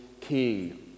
king